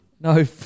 No